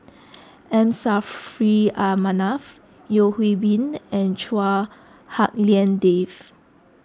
M Saffri A Manaf Yeo Hwee Bin and Chua Hak Lien Dave